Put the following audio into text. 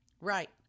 right